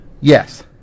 Yes